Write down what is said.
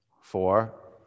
four